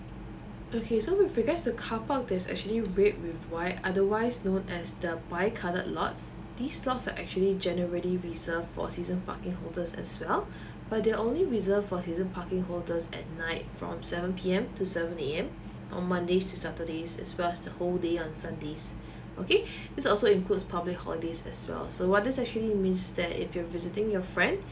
okay so with regards to car park there's actually red with white otherwise known as the bi colored lots these slots are actually generally reserve for season parking holders as well but there only reserve for season parking holders at night from seven P_M to seven A_M on mondays to saturdays as well as the whole day on sunday okay this also include public holidays as well so what this actually means that if you are visiting your friend